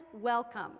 welcome